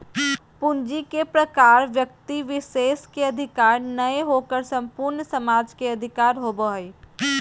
पूंजी के प्रकार व्यक्ति विशेष के अधिकार नय होकर संपूर्ण समाज के अधिकार होबो हइ